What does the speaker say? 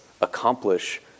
accomplish